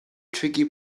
tricky